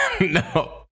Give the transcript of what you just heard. No